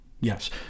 Yes